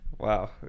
Wow